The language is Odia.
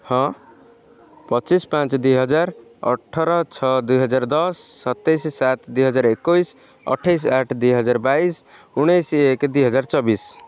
ହଁ ପଚିଶି ପାଞ୍ଚ ଦୁଇହଜାର ଅଠର ଛଅ ଦୁଇହଜାର ଦଶ ସତେଇଶି ସାତ ଦୁଇହଜାର ଏକୋଇଶି ଅଠେଇଶି ଆଠ ଦୁଇହଜାର ବାଇଶି ଉଣେଇଶି ଏକ ଦୁଇହଜାର ଚବିଶି